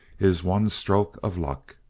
his one stroke of luck!